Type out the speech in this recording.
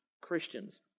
Christians